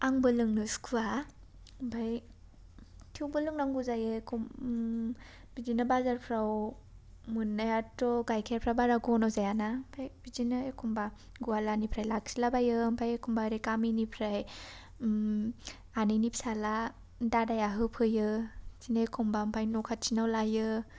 आंबो लोंनो सुखुवा ओमफ्राय थेवबो लोंनांगौ जायो बिदिनो बाजारफ्राव मोननायाथ' गाइखेरफोरा बारा घन' जाया ना ओमफ्राय बिदिनो एखमबा गुवालानिफ्राय लाखिलाबायो ओमफ्राय एखमबा गामिनिफ्राय आनैनि फिसाज्ला दादाया होफैयो बिदिनो एखनबा ओमफ्राय न' खाथिनाव लायो